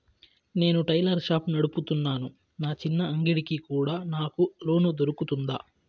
నేను tailor shop నడుపుతున్నాను, నా చిన్న అంగడి కి కూడా నాకు లోను దొరుకుతుందా?